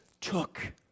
took